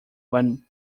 when